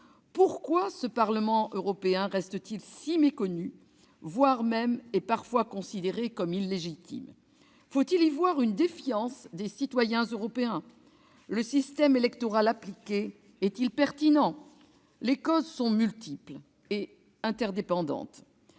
Pourquoi ce Parlement européen reste-t-il si méconnu, quand il n'est pas parfois considéré comme illégitime ? Faut-il y voir une défiance des citoyens européens ? Le système électoral appliqué est-il pertinent ? Les causes sont multiples et interdépendantes